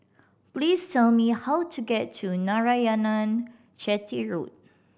please tell me how to get to Narayanan Chetty Road